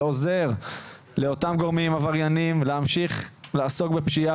ועוזר לאותם גורמים עברייניים להמשיך לעסוק בפשיעה,